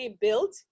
built